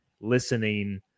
listening